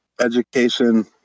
education